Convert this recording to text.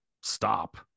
stop